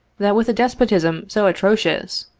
that with a despotism so atrocious,